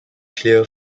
clear